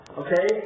okay